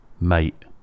Mate